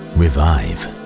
revive